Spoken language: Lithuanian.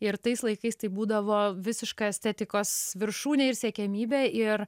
ir tais laikais tai būdavo visiška estetikos viršūnė ir siekiamybė ir